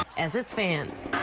as it stands.